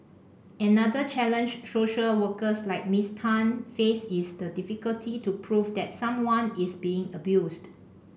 another challenge social workers like Miss Tan face is the difficulty to prove that someone is being abused